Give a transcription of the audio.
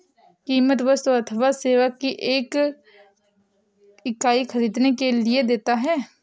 कीमत वस्तु अथवा सेवा की एक इकाई ख़रीदने के लिए देता है